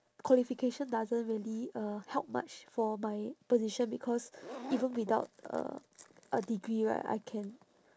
qualification doesn't really uh help much for my position because even without uh a degree right I can